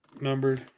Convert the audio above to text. Numbered